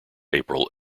april